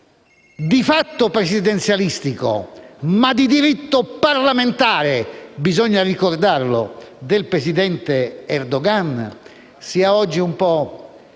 di fatto presidenzialistico ma di diritto parlamentare (e bisogna ricordarlo), del presidente Erdogan sia oggi un po'